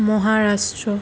Maharashtra